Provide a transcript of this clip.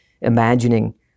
imagining